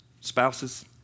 Spouses